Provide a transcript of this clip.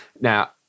Now